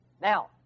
Now